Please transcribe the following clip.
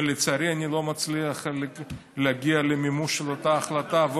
ולצערי אני לא מצליח להגיע למימוש של אותה החלטה.